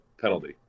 penalty